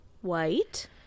White